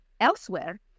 elsewhere